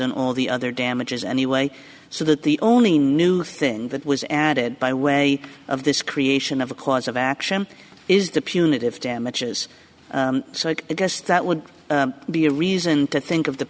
and all the other damages anyway so that the only new thing that was added by way of this creation of a cause of action is the punitive damages so i guess that would be a reason to think of the